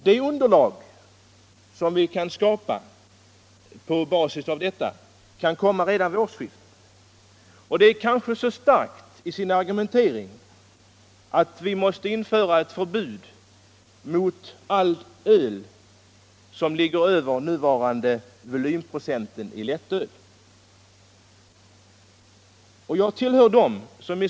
Det underlag som vi skapar på detta sätt kan komma redan vid årsskiftet, och det är kanske så starkt i sin argumentering att vi måste införa ett förbud mot allt öl över det nuvarande lättölets viktprocent.